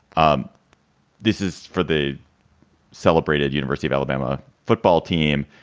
um this is for the celebrated university of alabama football team.